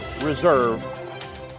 Reserve